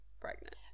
pregnant